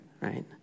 right